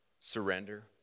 surrender